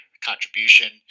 contribution